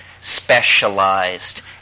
specialized